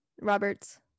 Roberts